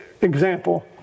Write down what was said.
example